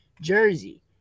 Jersey